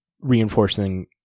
reinforcing